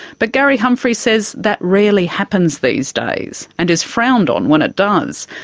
but gary humphries says that rarely happens these days, and is frowned on when it does.